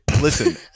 listen